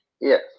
yes